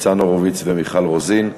ניצן הורוביץ ומיכל רוזין.